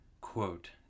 Quote